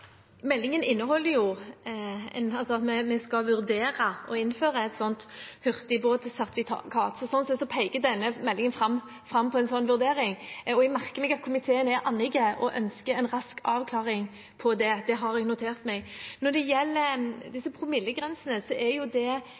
at vi skal vurdere å innføre et slikt hurtigsertifikat for båt. Slik sett peker denne meldingen fram mot en slik vurdering, og jeg merker meg at komiteen er onnig og ønsker en rask avklaring av det. Det har jeg notert meg. Når det gjelder promillegrensene, er det en diskusjon i alle partier, og også internt i regjeringen er det